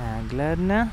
eglę ar ne